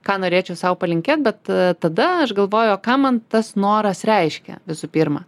ką norėčiau sau palinkėt bet tada aš galvoju o ką man tas noras reiškia visų pirma